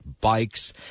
bikes